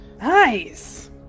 Nice